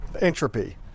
entropy